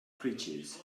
creatures